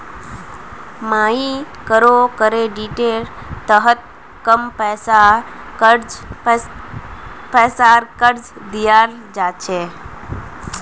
मइक्रोक्रेडिटेर तहत कम पैसार कर्ज दियाल जा छे